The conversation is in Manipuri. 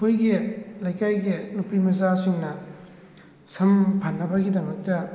ꯑꯩꯈꯣꯏꯒꯤ ꯂꯩꯀꯥꯏꯒꯤ ꯅꯨꯄꯤ ꯃꯆꯥꯁꯤꯡꯅ ꯁꯝ ꯐꯅꯕꯒꯤꯗꯃꯛꯇ